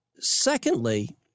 Secondly